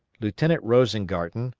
lieutenant rosengarten,